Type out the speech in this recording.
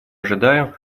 ожидаю